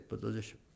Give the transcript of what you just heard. position